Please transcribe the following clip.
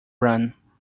run